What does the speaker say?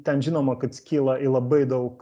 ten žinoma kad skyla į labai daug